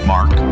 Mark